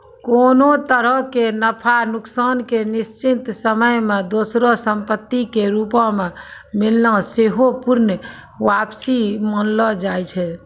कोनो तरहो के नफा नुकसान के निश्चित समय मे दोसरो संपत्ति के रूपो मे मिलना सेहो पूर्ण वापसी मानलो जाय छै